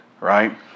right